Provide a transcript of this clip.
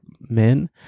men